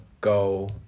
go